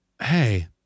hey